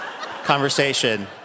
conversation